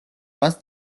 მას